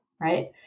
right